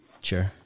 Sure